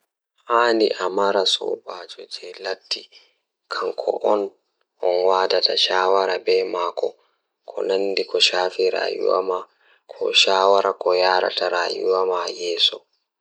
Kono, jeyɓe fowru njifti e hoore kadi. Kadi, ko fiyaangu ngal teddungal, e wuro ko waawde laamɗe ngal, ɓe njangol fiyaangu ngal kadi sabu jokkondirde e rewɓe ngal.